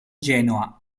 genoa